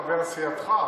לא מצליח להבין מחבר סיעתך.